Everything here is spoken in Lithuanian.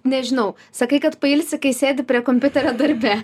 nežinau sakai kad pailsi kai sėdi prie kompiuterio darbe